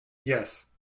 yes